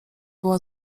była